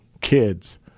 kids